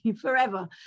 Forever